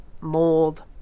mold